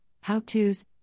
how-tos